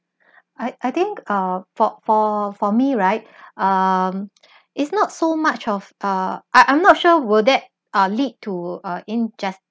I I think err for for for me right um it's not so much of um I I'm not sure will that ah lead to ah injus~